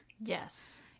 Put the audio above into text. Yes